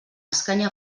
escanya